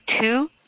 two